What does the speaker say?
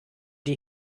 die